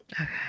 okay